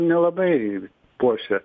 nelabai puošia